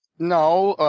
no.